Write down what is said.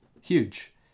Huge